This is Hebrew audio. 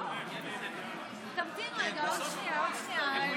בוועדת הפנים את חוק אגרות השמירה.